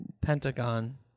Pentagon